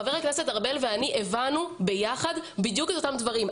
חבר הכנסת ארבל ואני הבנו ביחד בדיוק את אותם דברים.